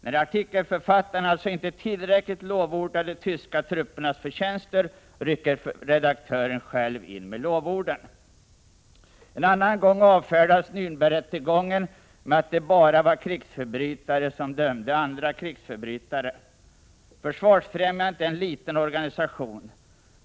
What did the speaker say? När artikelförfattaren inte tillräckligt lovordat de tyska truppernas förtjänster rycker redaktören själv in med lovorden. En annan gång avfärdas Närnbergrättegången med att det bara var krigsförbrytare som dömde andra krigsförbrytare. Försvarsfrämjandet är en liten organisation.